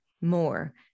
more